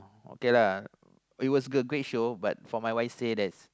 okay lah it was a a great show but for my wife say there's